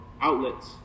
outlets